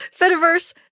Fediverse